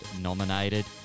nominated